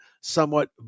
somewhat